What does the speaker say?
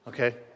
Okay